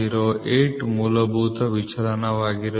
08 ಮೂಲಭೂತ ವಿಚಲನವಾಗಿರುತ್ತದೆ